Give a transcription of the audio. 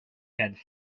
had